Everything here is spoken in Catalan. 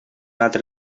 altre